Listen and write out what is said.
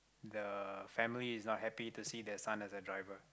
the family is not happy to see the son as a driver